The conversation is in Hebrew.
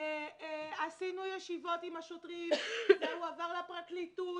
עשינו ישיבות עם השוטרים, זה הועבר גם לפרקליטות